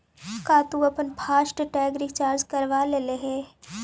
का तु अपन फास्ट टैग रिचार्ज करवा लेले हे?